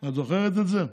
את זוכרת את זה?